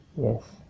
Yes